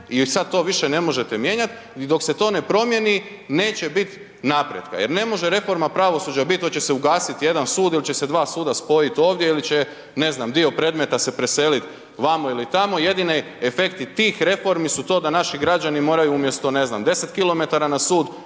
I sad to više ne možete mijenjati i dok se to ne promjeni, neće biti napretka. Jer ne može reforma pravosuđa biti hoće se ugasiti jedan sud ili će se dva suda spojiti ovdje ili će dio predmeta se preselit vamo ili tamo, jedini efekti tih reformi su to da naši građani moraju umjesto, ne znam, 10 km na sud,